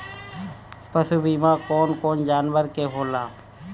पशु बीमा कौन कौन जानवर के होला?